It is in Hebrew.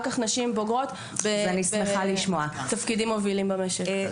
כך נשים בוגרות בתפקידים מובילים במשק.